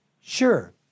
Sure